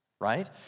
right